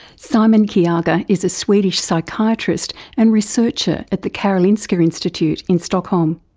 simon kyaga is a swedish psychiatrist and researcher at the karolinska institute in stockholm.